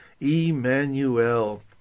Emmanuel